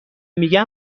میگم